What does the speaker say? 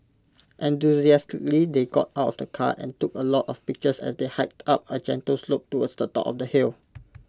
enthusiastically they got out of the car and took A lot of pictures as they hiked up A gentle slope towards the top of the hill